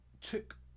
took